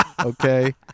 Okay